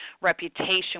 reputation